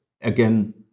again